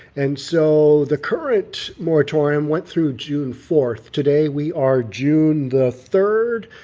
and so the current moratorium went through june four. today we are june the third.